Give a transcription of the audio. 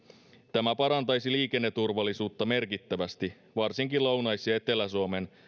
tämä parantaisi liikenneturvallisuutta merkittävästi varsinkin lounais ja etelä suomen